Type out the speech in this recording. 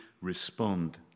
respond